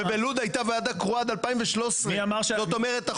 ובלוד הייתה ועדה קרואה עד 2013. זאת אומרת,